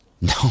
No